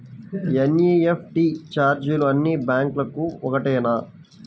NEFT ఛార్జీలు అన్నీ బ్యాంక్లకూ ఒకటేనా?